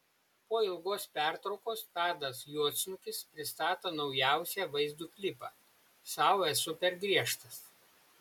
po ilgos pertraukos tadas juodsnukis pristato naujausią vaizdo klipą sau esu per griežtas